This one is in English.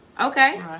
Okay